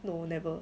no never